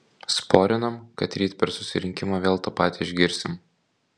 sporinam kad ryt per susirinkimą vėl tą patį išgirsim